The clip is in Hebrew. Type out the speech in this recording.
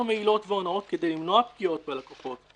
מעילות והונאות כדי למנוע פגיעות בלקוחות.